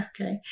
okay